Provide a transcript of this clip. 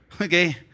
Okay